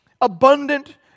abundant